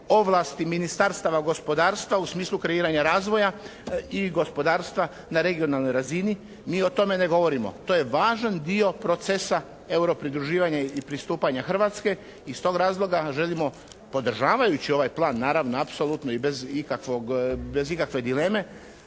ovlasti Ministarstva gospodarstva u smislu kreiranja razvoja i gospodarstva na regionalnoj razini, mi o tome ne govorimo. To je važan dio procesa euro pridruživanja i pristupanja Hrvatske i iz tog razloga želimo, podržavajući ovaj plan naravno, apsolutno i bez ikakve dileme,